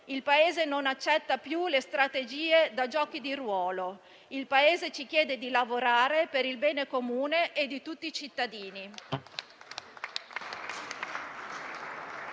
Il Paese non accetta più le strategie da giochi di ruolo. Il Paese ci chiede di lavorare per il bene comune e di tutti i cittadini.